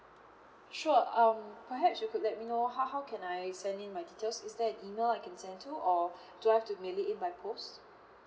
sure um perhaps you could let me know how how can I send in my details is there an email I can send to or do I have to mail it in by post